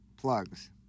plugs